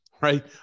right